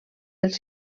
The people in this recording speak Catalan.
dels